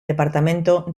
departamento